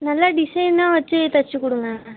நல்லா டிசைனாக வைச்சு தைச்சு கொடுங்க